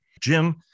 Jim